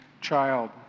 child